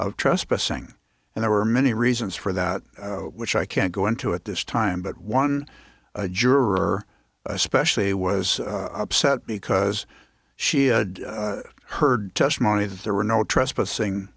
of trust pressing and there were many reasons for that which i can't go into at this time but one juror especially was upset because she had heard testimony that there were no trespassing